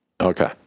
Okay